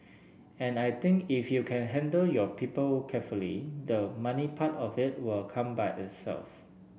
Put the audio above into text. and I think if you can handle your people carefully the money part of it will come by itself